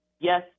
yes